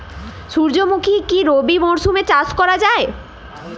সুর্যমুখী কি রবি মরশুমে চাষ করা যায়?